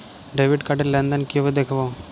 Debit card র লেনদেন কিভাবে দেখবো?